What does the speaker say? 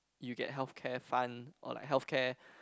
you get health care fund or like health care